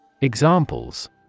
Examples